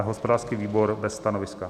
Hospodářský výbor: bez stanoviska.